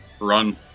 run